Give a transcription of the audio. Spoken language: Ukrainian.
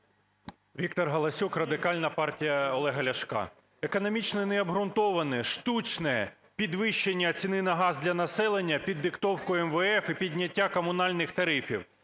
Віктор Галасюк, Радикальна партія Олега Ляшка. Економічно необґрунтоване, штучне підвищення ціни на газ для населення під диктовку МВФ і підняття комунальних тарифів,